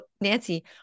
Nancy